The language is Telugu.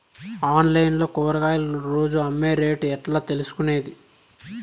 ఆన్లైన్ లో కూరగాయలు రోజు అమ్మే రేటు ఎట్లా తెలుసుకొనేది?